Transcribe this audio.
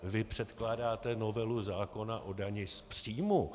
Vy předkládáte novelu zákona o dani z příjmu.